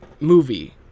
movie